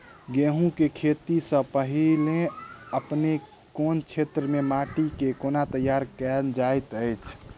गेंहूँ केँ खेती सँ पहिने अपनेक केँ क्षेत्र मे माटि केँ कोना तैयार काल जाइत अछि?